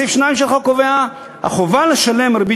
סעיף 2 של החוק קובע: החובה לשלם ריבית